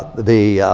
the